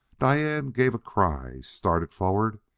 diane gave a cry, started forward,